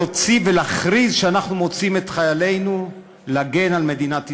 להוציא ולהכריז שאנחנו מוציאים את חיילינו להגן על מדינת ישראל.